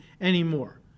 anymore